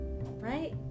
Right